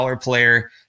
player